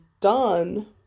done